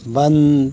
बंद